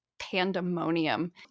pandemonium